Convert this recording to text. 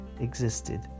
existed